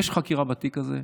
יש חקירה בתיק הזה.